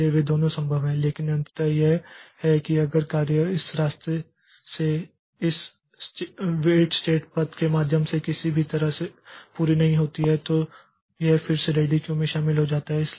इसलिए वे दोनों संभव हैं लेकिन अंततः यह है कि अगर कार्य इस रास्ते से या इस वेट स्टेट पथ के माध्यम से किसी भी तरह से पूरी नहीं होती है तो यह फिर से रेडी क्यू में शामिल हो जाता है